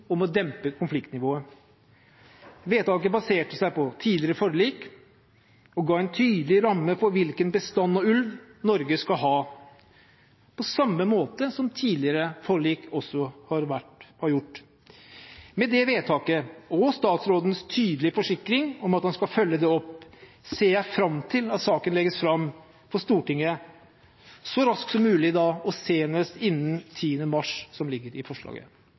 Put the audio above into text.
om å dempe konfliktnivået. Vedtaket baserte seg på tidligere forlik og ga en tydelig ramme for hvilken bestand av ulv Norge skal ha, på samme måte som tidligere forlik også har gjort. Med det vedtaket og statsrådens tydelige forsikring om at han skal følge det opp, ser jeg fram til at saken legges fram for Stortinget så raskt som mulig, og senest innen 10. mars, slik det går fram av forslaget.